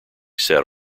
sat